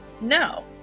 no